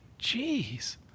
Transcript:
Jeez